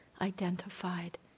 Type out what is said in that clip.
identified